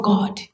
God